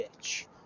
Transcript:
bitch